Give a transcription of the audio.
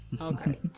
Okay